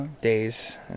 days